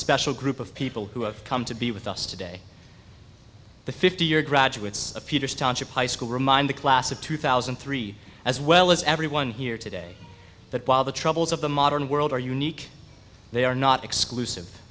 special group of people who have come to be with us today the fifty year graduates of peters township high school remind the class of two thousand and three as well as everyone here today that while the troubles of the modern world are unique they are not exclusive